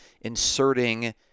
inserting